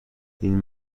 این